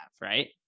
right